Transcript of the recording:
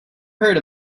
heard